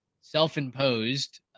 self-imposed